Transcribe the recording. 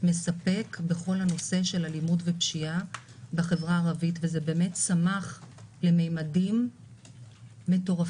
ומספק בכל נושא האלימות והפשיעה בחברה הערבית וזה צמח לממדים מטורפים,